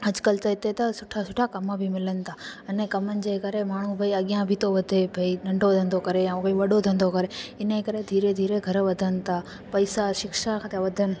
अॼुकल्ह त हिते त सुठा सुठा कम बि मिलनि था अने कमनि जे करे माण्हू बई अॻियां बि थो वधे बई नंढो धंधो करे या कोई वॾो धंधो करे हिन जे करे धीरे धीरे घर वधनि था पैसा शिक्षा खां था वधनि